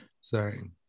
Sorry